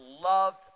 loved